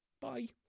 Bye